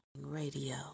radio